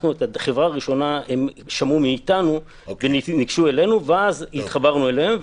על החברה הראשונה הם שמעו מאיתנו וניגשו אלינו ואז חברנו אליהם.